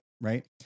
right